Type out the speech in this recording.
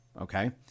Okay